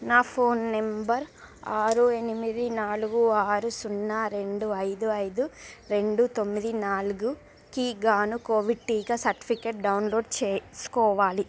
నా phone number ఆరు ఎనిమిది నాలుగు ఆరు సున్నా రెండు ఐదు ఐదు రెండు తొమ్మిది నాలుగుకి గాను కోవిడ్ టీకా సర్టిఫికేట్ డౌన్లోడ్ చేసుకోవాలి